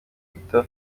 mobeto